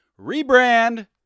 rebrand